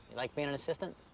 like being an assistant?